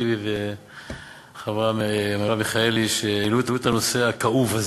טיבי והחברה מרב מיכאלי שהעלו את הנושא הכאוב הזה.